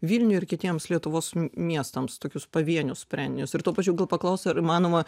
vilniui ir kitiems lietuvos miestams tokius pavienius sprendinius ir tuo pačiu gal paklaust ar įmanoma